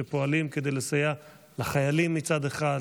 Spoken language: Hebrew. שפועל כדי לסייע לחיילים מצד אחד,